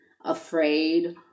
afraid